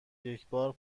یکبار